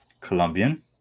Colombian